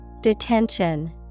Detention